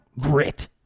Grit